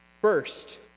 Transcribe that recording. First